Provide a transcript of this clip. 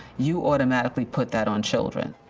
you automatically put that on children.